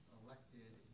elected